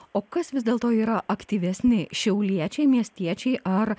o kas vis dėlto yra aktyvesni šiauliečiai miestiečiai ar